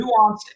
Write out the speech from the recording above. nuanced